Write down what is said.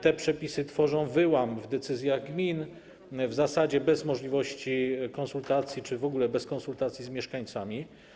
Te przepisy tworzą wyłam w decyzjach gmin, w zasadzie bez możliwości konsultacji czy w ogóle bez konsultacji z mieszkańcami.